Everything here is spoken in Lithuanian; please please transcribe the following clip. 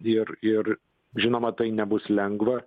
ir ir žinoma tai nebus lengva